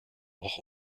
auch